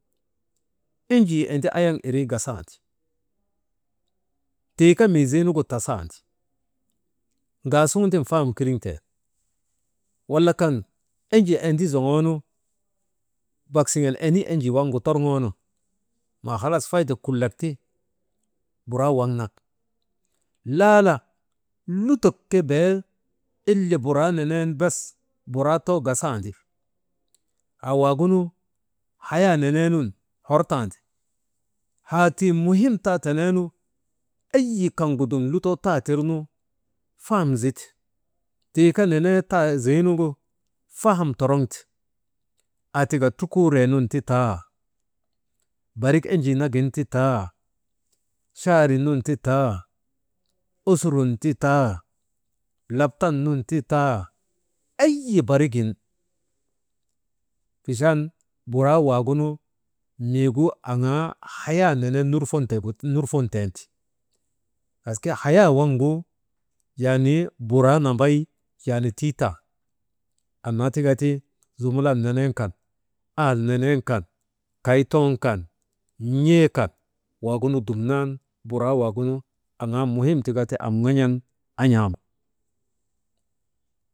Enjii endi ayaŋ irii gasandi, tii kaa mii ziinugu tasandi ŋaasuŋun tiŋ faham kiriŋ teenu, wala kaŋ enjii endi zoŋoonu bak siŋen eni enjii waŋgu torŋoonu maahalas faydek kulak ti buraa waŋ nak, lala lutok ke bee ila buraa neneenu bes buraa too gasandi. Haa waagunu haza neneenun hortan, haa tii muhim taa teneenu eyi kaŋgu dum lutoo ta tir teneenu fehamzite, tii kaa nenee tasiinugu faham toroŋte aatika trukuuree nun ti taa barik enjii nagin ti taa, chaarinun titaa, osurun titaa, laptan nun ti taa eyi barigin achan buraa waagunu miigu aŋaa haya nenen «hesitation» nurfonten ti. Paske hayaa waŋgu yaani buraa nambay yanii tii tan, annaa tika ti zumulan nenen kan, ahal nenen kan, kay too kan, n̰ekan waagunu dumnan, buraa waagunu aŋaa muhimtikati am ŋan̰an an̰aama.